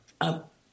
up